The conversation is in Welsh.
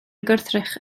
gwrthrych